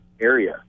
area